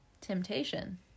Temptation